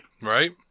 Right